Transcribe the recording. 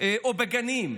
או בגנים,